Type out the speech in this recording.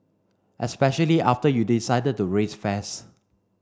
especially after you decided to raise fares